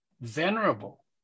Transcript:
venerable